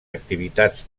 activitats